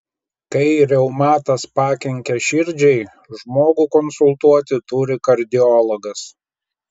kai reumatas pakenkia širdžiai žmogų konsultuoti turi kardiologas